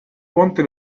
ponte